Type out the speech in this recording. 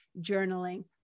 journaling